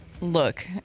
Look